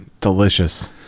delicious